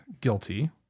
guilty